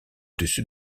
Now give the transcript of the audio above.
dessus